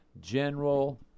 general